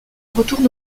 retourne